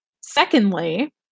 Secondly